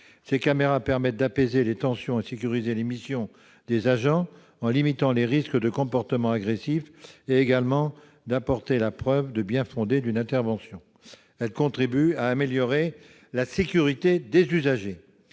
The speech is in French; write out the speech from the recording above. Les caméras permettent d'apaiser les tensions et de sécuriser les missions des agents, en limitant les risques de comportements agressifs. Elles apportent également la preuve du bien-fondé d'une intervention et contribuent à améliorer la sécurité des usagers.